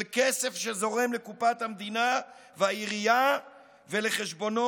של כסף שזורם לקופת המדינה והעירייה ולחשבונות